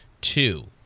Two